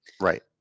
right